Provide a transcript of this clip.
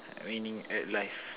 meaning at life